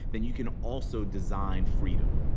then you can also design freedom.